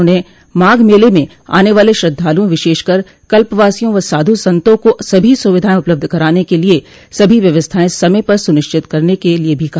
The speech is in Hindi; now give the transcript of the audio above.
उन्होंने माघ मेले में आने वाले श्रद्धालुओं विशेषकर कल्पवासियों व साधु संतों को सभी सुविधाए उपलब्ध कराने के लिये सभी व्यवस्थाएं समय पर सुनिश्चित करने के लिये भी कहा